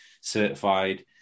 certified